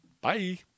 bye